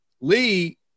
Lee